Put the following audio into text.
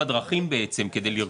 דרכים כדי לרכוש.